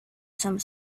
some